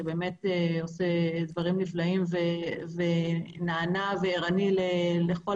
שבאמת עושה דברים נפלאים ונענה וערני לכל